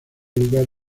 lugar